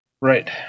Right